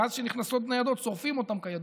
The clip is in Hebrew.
ואז כשנכנסות ניידות שורפים אותן, כידוע,